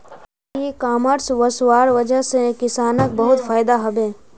इ कॉमर्स वस्वार वजह से किसानक बहुत फायदा हबे